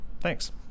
Thanks